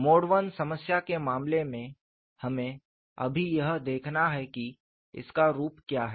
mode I समस्या के मामले में हमें अभी यह देखना है कि इसका रूप क्या है